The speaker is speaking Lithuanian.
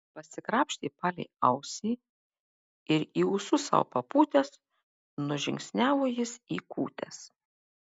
pasikrapštė palei ausį ir į ūsus sau papūtęs nužingsniavo jis į kūtes